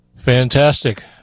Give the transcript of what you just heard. Fantastic